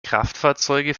kraftfahrzeuge